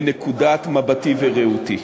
מנקודת מבטי וראותי.